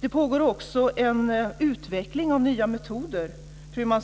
Det pågår också en utveckling av nya metoder för dessa